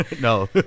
no